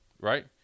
right